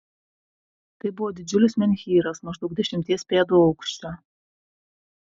tai buvo didžiulis menhyras maždaug dešimties pėdų aukščio